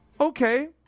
Okay